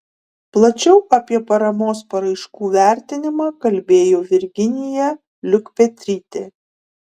plačiau apie paramos paraiškų vertinimą kalbėjo virginija liukpetrytė